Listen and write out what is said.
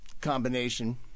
combination